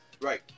Right